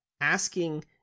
Asking